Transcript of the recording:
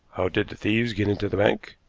how did the thieves get into the bank?